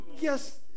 Yes